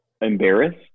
embarrassed